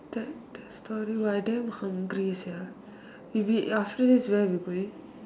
that that story !wah! I damn hungry sia you need after this where are we going